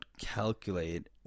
calculate